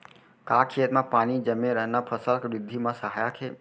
का खेत म पानी जमे रहना फसल के वृद्धि म सहायक हे?